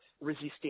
resisting